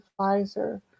advisor